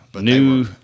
New